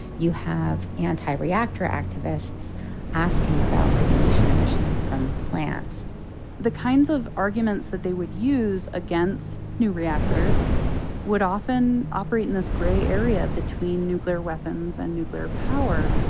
you have anti-reactor activists asking about radiation emission from plants the kinds of arguments that they would use against new reactors would often operate in this gray area between nuclear weapons and nuclear power.